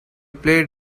play